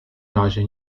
razie